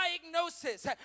diagnosis